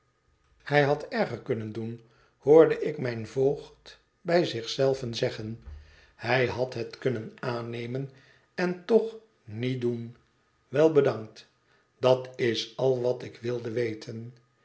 hij had erger kunnen doen km tiet verlaten huis hoorde ik mijn voogd bij zich zelven zeggen hij had het kunnen aannemen en toch niet doen wel bedankt dat is al wat ik wilde weten